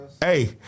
Hey